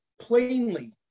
plainly